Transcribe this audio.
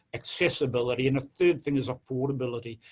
accessibility. and a third thing is affordability.